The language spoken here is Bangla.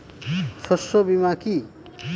শস্য বীমা কি?